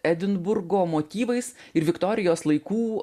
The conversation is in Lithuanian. edinburgo motyvais ir viktorijos laikų